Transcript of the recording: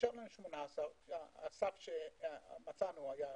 הסף שמצאנו היה 11%,